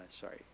Sorry